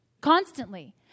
Constantly